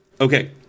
okay